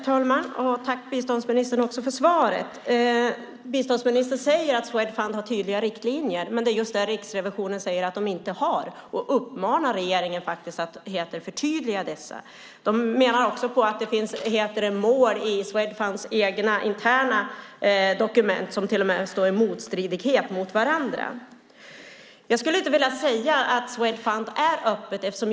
Herr talman! Tack, biståndsministern, för svaret! Ministern säger att Swedfund har tydliga riktlinjer. Det är ju just det som Riksrevisionen säger att Swedfund inte har, och man uppmanar regeringen att förtydliga dessa. Riksrevisionen menar också att det finns mål i Swedfunds interna dokument som till och med står i strid med varandra. Jag skulle inte vilja säga att Swedfund är öppet.